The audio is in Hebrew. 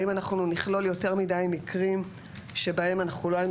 האם אנחנו נכלול יותר מידי מקרים שבהם אנחנו לא היינו